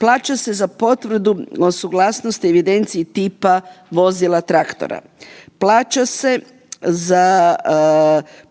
plaća se za potvrdu o suglasnosti i evidenciji tipa vozila traktora, plaća se za